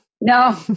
No